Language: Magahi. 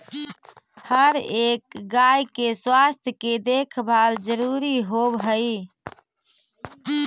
हर एक गाय के स्वास्थ्य के देखभाल जरूरी होब हई